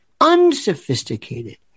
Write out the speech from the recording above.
unsophisticated